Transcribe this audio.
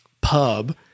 pub